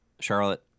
Charlotte